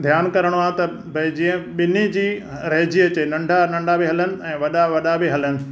धियानु करणो आहे त भाई जीअं ॿिन्ही जी रहिजी अचे नंढा नंढा बि हलनि ऐं वॾा वॾा बि हलनि